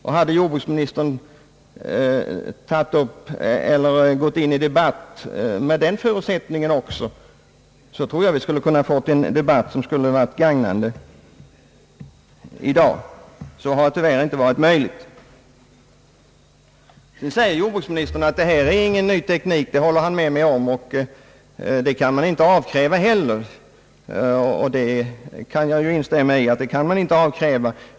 Hade även jordbruksministern gått in i debatten med den förutsättningen, så tror jag att vi skulle ha fått en debatt som varit till gagn i dag. Så har tyvärr inte varit möjligt. Nu säger jordbruksministern beträffande det aktuella fallet, att det här inte är någon ny teknik. Det håller han med mig om. Man kan heller inte kräva någon sådan.